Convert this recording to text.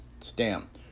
stamp